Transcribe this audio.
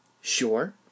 Sure